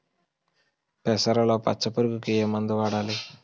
పెసరలో పచ్చ పురుగుకి ఏ మందు వాడాలి?